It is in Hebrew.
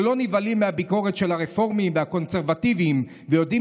שלא נבהלים מהביקורת של הרפורמים והקונסרבטיבים ויודעים